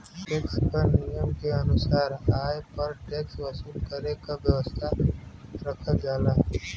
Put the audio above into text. tax क नियम के अनुसार आय पर टैक्स वसूल करे क व्यवस्था रखल जाला